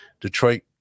Detroit